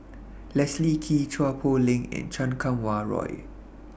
Leslie Kee Chua Poh Leng and Chan Kum Wah Roy